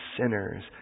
sinners